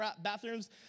bathrooms